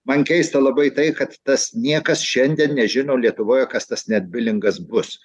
man keista labai tai kad tas niekas šiandien nežino lietuvoje kas tas net bilingas bus